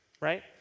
Right